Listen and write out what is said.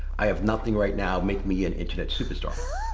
i have nothing right now, make me an internet superstar,